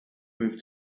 move